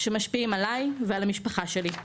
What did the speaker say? שמשפיעים עליי ועל המשפחה שלי.